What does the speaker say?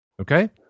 Okay